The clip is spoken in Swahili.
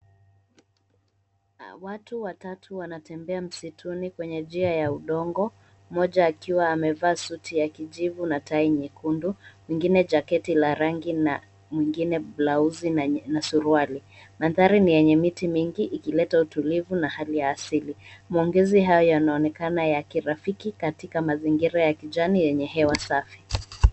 Watu watatu wanatembea msituni kwenye njia ya udongo. Mmoja akiwa amevaa suti ya kijivu na tai nyekundu, mwingine jaketi la rangi na mwingine blaudi na suruali. Mandhari ni yenye miti mingi ikileta utulivu na hali ya asili. Maongezi hayo yanaonekana ya kirafiki katika mazingira ya kijani yenye hewa safi.